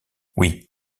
oui